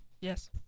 Yes